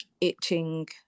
itching